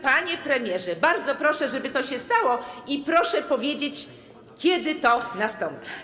Panie premierze, bardzo proszę, żeby to się stało, i proszę powiedzieć, kiedy to nastąpi.